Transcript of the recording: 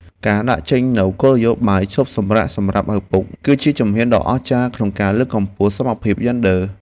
ការដាក់ចេញនូវគោលនយោបាយឈប់សម្រាកសម្រាប់ឪពុក គឺជាជំហានដ៏អស្ចារ្យមួយក្នុងការលើកកម្ពស់សមភាពយេនឌ័រ។